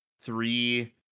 three